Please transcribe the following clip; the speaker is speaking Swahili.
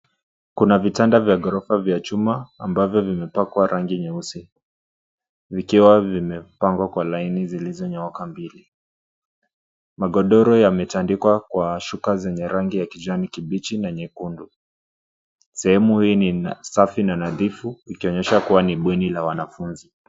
Kuna vitanda vya gorofa vya chuma ambavyo vimepakwa rangi nyeusi, vikiwa vimepangwa kwa laini zilizonyooka mbili. Magodoro yametandikwa kwa shuka zenye rangi ya kijani kibichi na nyekundu. Sehemu hii ni safi na nadhifu, ikionyesha kuwa ni bweni la wanafunzi.